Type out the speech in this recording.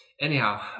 anyhow